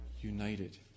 united